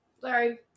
Sorry